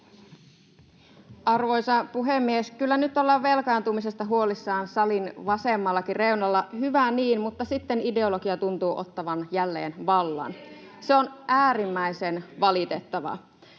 Arvoisa puhemies! Kyllä nyt ollaan velkaantumisesta huolissaan salin vasemmallakin reunalla — hyvä niin — mutta sitten ideologia tuntuu ottavan jälleen vallan.